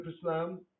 Islam